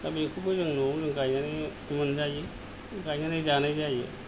दा बेखौबो जों न'आवनो गायनानै मोनजायो गायनानै जानाय जायो